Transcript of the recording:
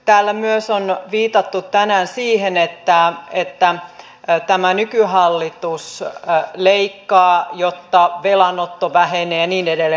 täällä on viitattu tänään myös siihen että tämä nykyhallitus leikkaa jotta velanotto vähenee ja niin edelleen